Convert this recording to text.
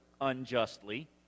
unjustly